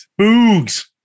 Boogs